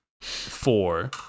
four